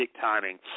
timing